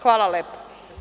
Hvala lepo.